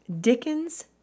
Dickens